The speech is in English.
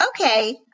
Okay